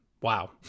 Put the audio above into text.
Wow